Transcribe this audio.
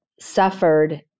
suffered